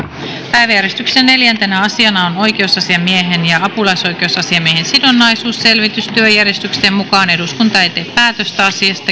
päiväjärjestyksen neljäntenä asiana on oikeusasiamiehen ja apulaisoikeusasiamiehen sidonnaisuusselvitys työjärjestyksen mukaan eduskunta ei tee päätöstä asiasta